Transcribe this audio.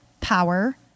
power